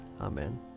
Amen